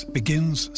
begins